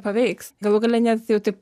paveiks galų gale net jau taip